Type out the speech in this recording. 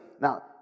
Now